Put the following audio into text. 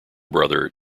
brother